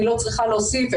אני לא צריכה להוסיף,